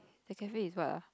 the cafes is what ah